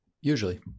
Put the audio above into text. Usually